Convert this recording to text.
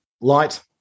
light